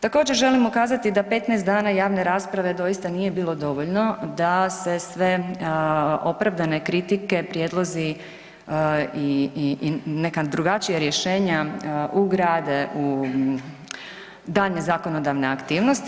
Također želim ukazati da 15 dana javne rasprave doista nije bilo dovoljno da se sve opravdane kritike, prijedlozi i, i, i neka drugačija rješenja ugrade u daljnje zakonodavne aktivnosti.